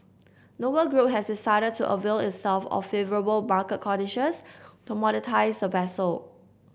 Noble Group has decided to avail itself of favourable market conditions to monetise the vessel